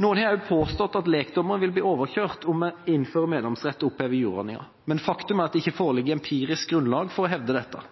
Noen har påstått at lekdommerne vil bli overkjørt om man innfører meddomsrett og opphever juryordninga. Faktum er at det ikke